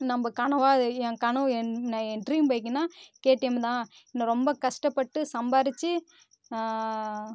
நம்ம கனவாக என் கனவு என் என் டிரீம் பைக்குன்னா கேடிஎம் தான் நான் ரொம்ப கஷ்டப்பட்டு சம்பாதிச்சி